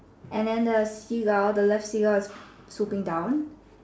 and then the Seagull the left Seagull is swooping down